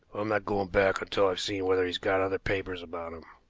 i'm not going back until i've seen whether he's got other papers about him.